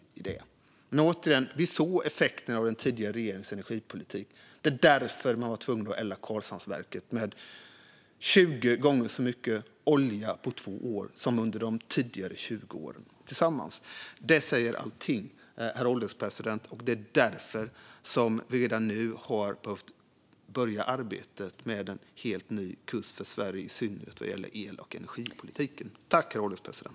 Men vi såg effekterna av den tidigare regeringens energipolitik. Det var därför man var tvungen att elda Karlshamnsverket med tjugo gånger så mycket olja på två år som under de tidigare tjugo åren tillsammans. Det säger allting, herr ålderspresident, och det är därför vi redan nu har behövt börja arbetet med en helt ny kurs för Sverige, i synnerhet vad gäller el och energipolitiken.